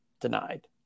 Denied